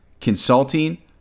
consulting